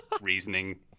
reasoning